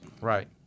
Right